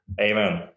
Amen